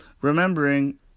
remembering